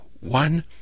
one